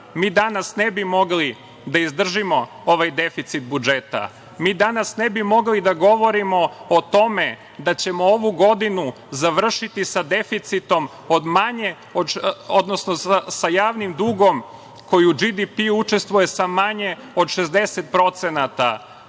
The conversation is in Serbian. mi danas ne bi mogli da izdržimo ovaj deficit budžeta, mi danas ne bi mogli da govorimo o tome da ćemo ovu godinu završiti sa deficitom, odnosno sa javnim dugom u kojoj BDP učestuje sa manje od 60%.Više